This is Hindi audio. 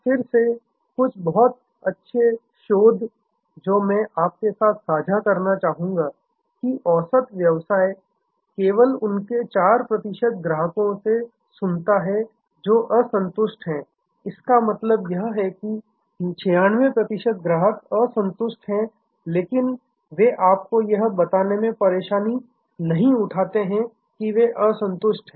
फिर से कुछ बहुत अच्छे शोध जो मैं आपके साथ साझा करना चाहूंगा कि औसत व्यवसाय केवल उनके 4 प्रतिशत ग्राहकों से सुनता है जो असंतुष्ट हैं इसका मतलब है कि 96 प्रतिशत ग्राहक असंतुष्ट हैं लेकिन वे आपको यह बताने में परेशानी नहीं उठाते हैं कि वे असंतुष्ट हैं